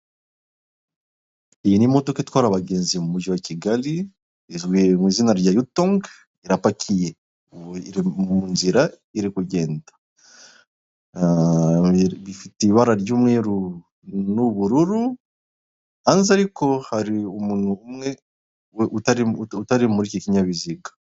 Umukobwa usa neza uhagaze wambaye ikote n'ishati y'umweru mu maso n'inzobe afite imisatsi mu ntoki afitemo akantu kameze nk'impano bamuhaye, mbere ye hariho amagambo yanditse m'ururimi rw'igifaransa.